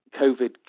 COVID